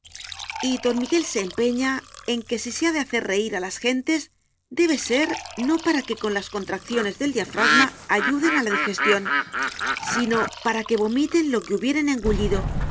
y don miguel se empeña en que si se ha de hacer reír a las gentes debe ser no para que con las contracciones del diafragma ayuden a la digestión sino para que vomiten lo que hubieren engullido